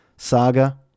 saga